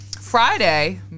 Friday